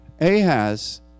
Ahaz